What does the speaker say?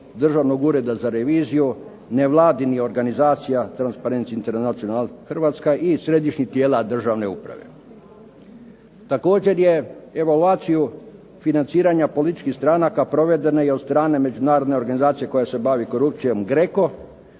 Državnog ureda za reviziju, nevladinih organizacija, Transparency International Hrvatska i Središnjih tijela državne uprave. Također je evaluaciju financiranja političkih stranaka provedena je i od strane međunarodne organizacije koja se bavi korupcijom GRECO